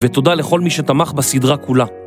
ותודה לכל מי שתמך בסדרה כולה